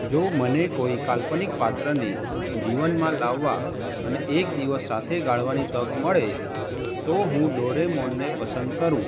જો મને કોઈ કાલ્પનિક પાત્રને જીવનમાં લાવવા અને એકદિવસ સાથે ગાળવાની તક મળે તો હું ડોરેમોનને પસંદ કરું